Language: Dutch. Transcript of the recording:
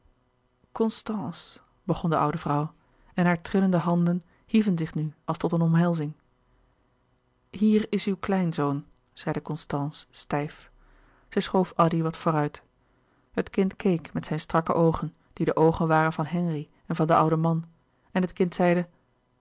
begon de oude vrouw en hare trillende handen hieven zich nu als tot eene omhelzing hier is uw kleinzoon zeide constance stijf zij schoof addy wat vooruit het kind keek met zijn strakke oogen die de oogen waren van henri en van den ouden man en het kind zeide